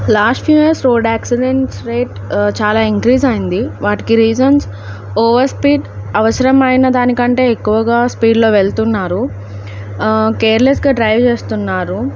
last few years road accidents rate చాలా increase అయింది వాటికి రీజన్స్ ఓవర్ స్పీడ్ అవసరమైన దానికంటే ఎక్కువగా స్పీడ్లో వెళ్తున్నారు కేర్లెస్గా డ్రైవ్ చేస్తున్నారు